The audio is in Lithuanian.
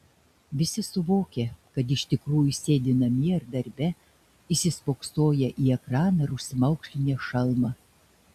visi suvokia kad iš tikrųjų sėdi namie ar darbe įsispoksoję į ekraną ar užsimaukšlinę šalmą